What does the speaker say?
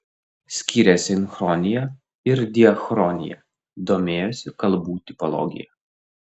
skyrė sinchroniją ir diachroniją domėjosi kalbų tipologija